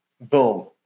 boom